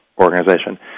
organization